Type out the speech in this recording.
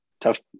tough